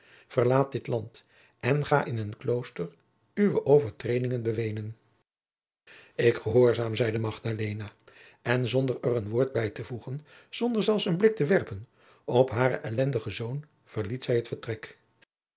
verlaat dit land en ga in een klooster uwe overtredingen beweenen ik gehoorzaam zeide magdalena en zonder er een woord bij te voegen zonder zelfs een blik te werpen op haren elendigen zoon verliet zij het vertrek